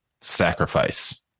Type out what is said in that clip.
sacrifice